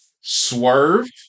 swerve